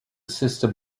system